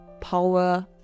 Power